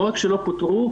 לא רק שלא פוטרו,